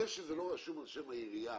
זה שזה לא רשום על שם העירייה,